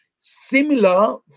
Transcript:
similar